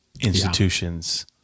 institutions